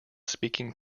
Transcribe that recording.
speaking